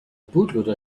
bootloader